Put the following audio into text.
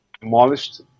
demolished